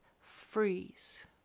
freeze